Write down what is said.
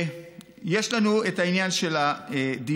יש לנו את העניין של הדיור.